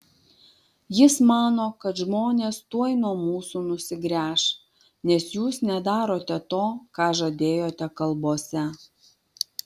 jis mano kad žmonės tuoj nuo mūsų nusigręš nes jūs nedarote to ką žadėjote kalbose